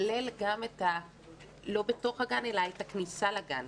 כולל גם את הכניסה לגן ולא רק מה שבתוך הגן?